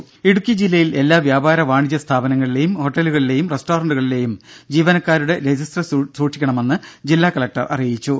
ദ്ദേ ഇടുക്കി ജില്ലയിൽ എല്ലാ വ്യാപാര വാണിജ്യ സ്ഥാപനങ്ങളിലെയും ഹോട്ടലുകളിലെയും റസ്റ്റോറന്റുകളിലെയും ജീവനക്കാരുടെ രജിസ്റ്റർ സൂക്ഷിക്കണമെന്ന് ജില്ലാ കലക്ടർ അറിയിച്ചു